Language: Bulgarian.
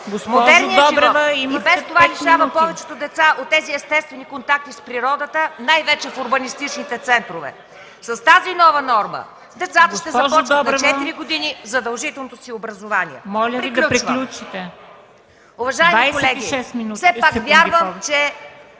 Модерният живот и без това лишава повечето деца от тези естествени контакти с природата, най-вече в урбанистичните центрове. С тази нова норма децата ще започват на 4 години задължителното си образование. ПРЕДСЕДАТЕЛ МЕНДА СТОЯНОВА: Моля Ви